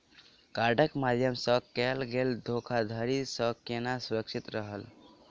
कार्डक माध्यम सँ कैल गेल धोखाधड़ी सँ केना सुरक्षित रहल जाए?